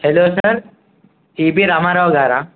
hello sir E B Ramarao గారా